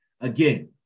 again